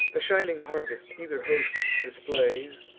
a shining harvest either host displays,